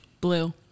Blue